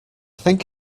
think